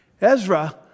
Ezra